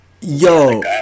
Yo